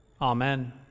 amen